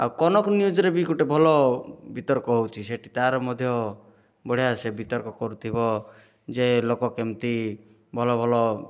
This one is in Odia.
ଆଉ କନକ ନ୍ୟୁଜ୍ରେ ବି ଗୋଟେ ଭଲ ଭଲ ବିତର୍କ ହେଉଛି ସେଠି ତା'ର ମଧ୍ୟ ବଢ଼ିଆ ସେ ବିତର୍କ କରୁଥିବ ଯେ ଲୋକ କେମିତି ଭଲ ଭଲ